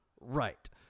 Right